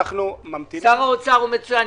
שר האוצר הוא מצוין,